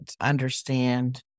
understand